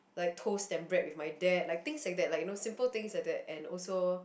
like toast and bread with my dad like things like that like you know simple things like that and also